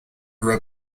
grew